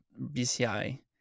BCI